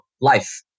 life